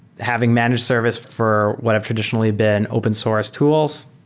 having managed service for what have traditionally been open source tools,